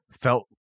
felt